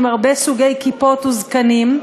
עם הרבה סוגי כיפות וזקנים,